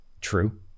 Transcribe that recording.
True